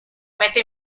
mette